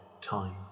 time